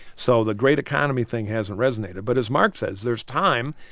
so the great-economy thing hasn't resonated. but as mark says, there's time.